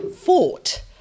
fought